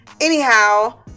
anyhow